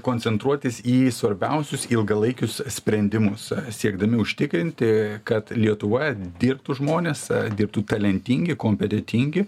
koncentruotis į svarbiausius ilgalaikius sprendimus siekdami užtikrinti kad lietuvoje dirbtų žmonės dirbtų talentingi kompetentingi